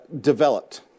developed